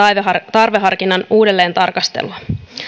tarveharkinnan uudelleentarkastelua